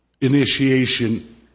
initiation